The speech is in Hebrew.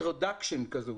אינטרדקשן כזו,